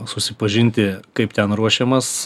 susipažinti kaip ten ruošiamas